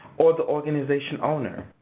or the organization owner,